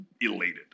elated